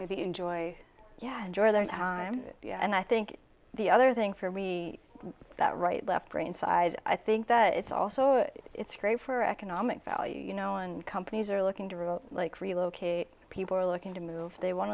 maybe enjoy yeah enjoy their time and i think the other thing for me that right left brain side i think that it's also it's great for economic value you know and companies are looking to rule like relocate people are looking to move they want